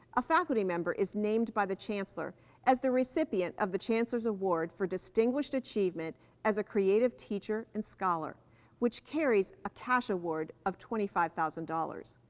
a faculty member is named by the chancellor as the recipient of the chancellor's award for distinguished achievement as a creative teacher and scholar which carries a cash award of twenty five thousand dollars.